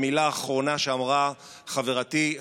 מילה אחרונה שאמרה חברתי,